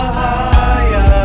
higher